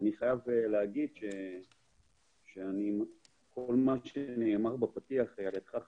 אני חייב להגיד שכל מה שנאמר בפתיח על ידך,